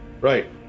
Right